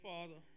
Father